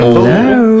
Hello